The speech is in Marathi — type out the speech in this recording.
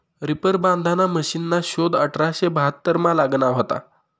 रिपर बांधाना मशिनना शोध अठराशे बहात्तरमा लागना व्हता